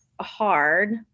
hard